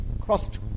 crossed